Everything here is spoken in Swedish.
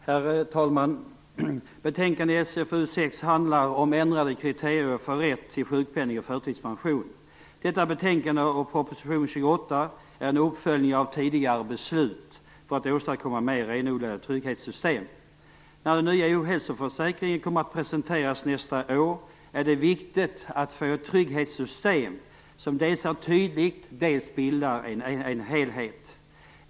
Herr talman! Betänkande SfU6 handlar om ändrade kriterier för rätt till sjukpenning och förtidspension. Detta betänkande och proposition 28 är en uppföljning av tidigare beslut för att åstadkomma mer renodlade trygghetssystem. När den nya ohälsoförsäkringen kommer att presenteras nästa år är det viktigt att få ett trygghetssystem som dels är tydligt, dels bildar en helhet.